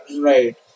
Right